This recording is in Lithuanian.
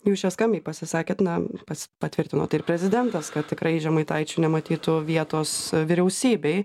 jūs čia skambiai pasisakėt na pas patvirtino tai ir prezidentas kad tikrai žemaitaičiui nematytų vietos vyriausybėj